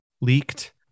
leaked